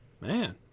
Man